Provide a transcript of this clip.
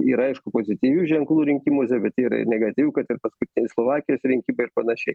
yra aišku pozityvių ženklų rinkimuose bet yra ir negatyvių kad ir paskui slovakijos rinkimai ir panašiai